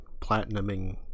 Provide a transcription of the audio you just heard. platinuming